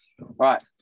Right